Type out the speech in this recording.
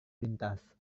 lintas